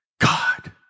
God